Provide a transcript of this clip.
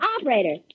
Operator